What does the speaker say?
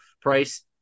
price